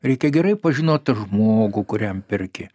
reikia gerai pažinot tą žmogų kuriam perki